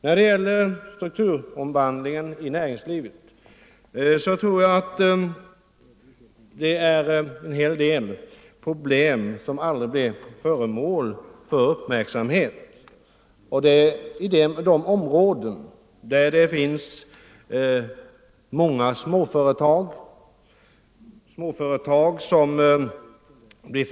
När det gäller strukturomvandlingen i näringslivet tror jag att en hel del problem aldrig blir föremål för uppmärksamhet. Jag tänker på områden där många småföretag försvinner.